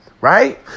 Right